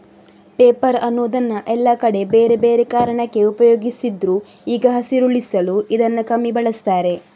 paper ಅನ್ನುದನ್ನ ಎಲ್ಲಾ ಕಡೆ ಬೇರೆ ಬೇರೆ ಕಾರಣಕ್ಕೆ ಉಪಯೋಗಿಸ್ತಿದ್ರು ಈಗ ಹಸಿರುಳಿಸಲು ಇದನ್ನ ಕಮ್ಮಿ ಬಳಸ್ತಾರೆ